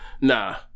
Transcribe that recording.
nah